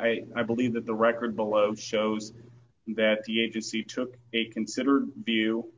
i i believe that the record below shows that the agency took a considered view